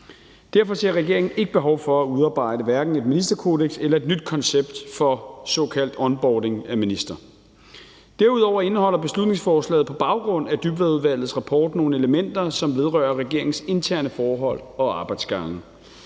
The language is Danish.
Derfor ser regeringen ikke behov for at udarbejde hverken et ministerkodeks eller et nyt koncept for såkaldt onboarding af ministre. Derudover indeholder beslutningsforslaget på baggrund af Dybvadudvalgets rapport nogle elementer, som vedrører regeringens interne forhold og arbejdsgange.